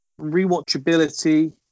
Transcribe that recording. Rewatchability